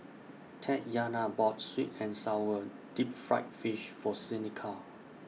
Tatyana bought Sweet and Sour Deep Fried Fish For Seneca